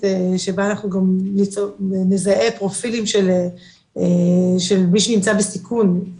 שבה אנחנו גם נזהה פרופילים של מי שנמצא בסיכון,